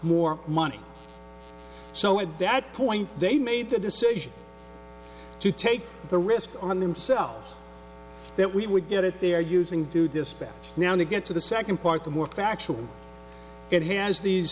more money so at that point they made the decision to take the risk on themselves that we would get it they're using to dispense now to get to the second part the more factual it has these